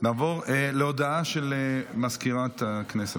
נעבור להודעה של סגנית מזכיר הכנסת.